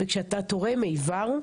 וכשאתה תורם איבר,